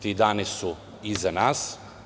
Ti dani su iza nas.